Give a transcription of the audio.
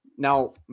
Now